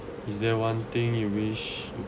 is there one thing you wish